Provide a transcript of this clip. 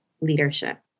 leadership